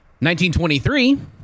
1923